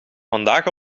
vandaag